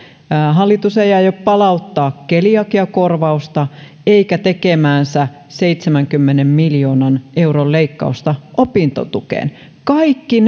hallitus ei aio palauttaa keliakiakorvausta eikä tekemäänsä seitsemänkymmenen miljoonan euron leikkausta opintotukeen kaikki